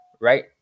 right